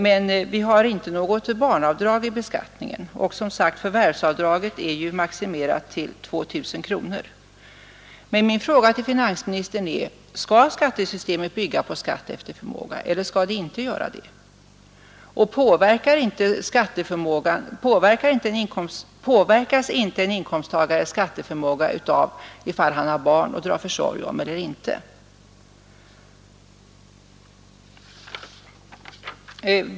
Men vi har inte något barnavdrag i beskattningen, och förvärvsavdraget är som sagt maximerat till 2.000 kronor. Men min fråga till finansministern är: Skall skattesystemet bygga på skatt efter förmåga eller inte? Påverkas inte en inkomsttagares skatteförmåga av om han har barn att dra försorg om?